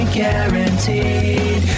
guaranteed